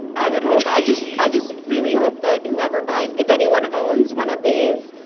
i would hope i just i just really hope that whoever buys if anyone owns one of these,